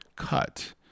cut